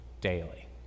daily